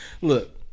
Look